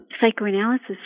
psychoanalysis